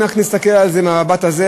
אם אנחנו נסתכל על זה מהמבט הזה,